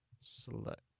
Select